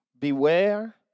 Beware